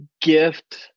gift